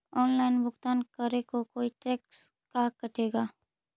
Online भुगतान करे को कोई टैक्स का कटेगा?